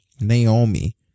Naomi